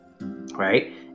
right